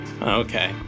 Okay